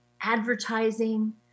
advertising